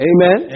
Amen